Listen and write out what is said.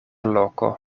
loko